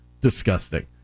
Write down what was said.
Disgusting